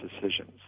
decisions